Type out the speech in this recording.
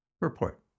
Report